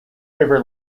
river